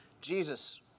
Jesus